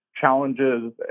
challenges